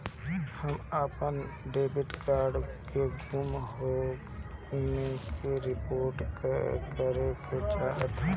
हम अपन debit card के गुम होने की रिपोर्ट करे चाहतानी